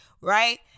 right